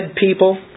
people